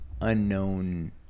unknown